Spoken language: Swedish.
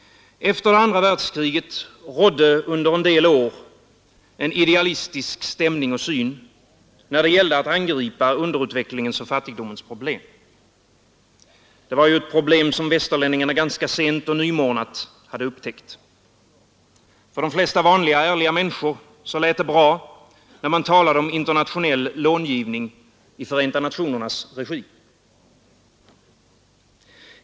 Efter andra världskriget rådde under en del år en idealistisk stämning och syn när det gällde att angripa underutvecklingens och fattigdomens problem. Det var ju ett problem, som västerlänningarna ganska sent och nymorgnat hade upptäckt. För de flesta vanliga, ärliga människor lät det bra när man talade om internationell långivning i Förenta nationernas regi.